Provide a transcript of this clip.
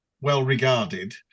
well-regarded